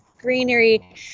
greenery